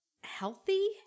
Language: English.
healthy